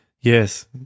Yes